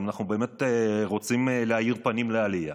אם אנחנו באמת רוצים להאיר פנים לעלייה,